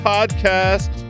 Podcast